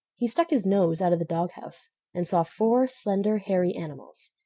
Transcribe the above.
he stuck his nose out of the doghouse and saw four slender, hairy animals.